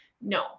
no